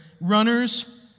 Runners